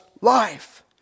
life